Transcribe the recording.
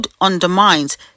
undermines